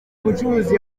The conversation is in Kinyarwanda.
mucuruzi